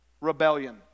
Rebellion